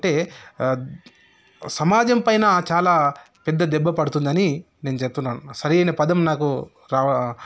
అంటే సమాజం పైన చాలా పెద్ద దెబ్బ పడుతుందని నేను చెప్తున్నాను సరైన పదం నాకు రావ